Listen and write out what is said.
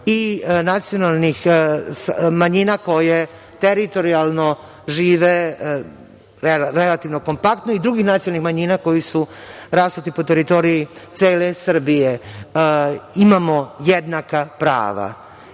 i nacionalnih manjina koje teritorijalno žive relativno kompaktno i drugih nacionalnih manjina koje su rasute po teritoriji cele Srbije. Imamo jednaka prava,